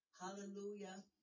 Hallelujah